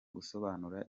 gusobanura